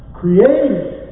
created